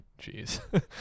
Jeez